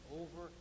over